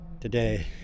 Today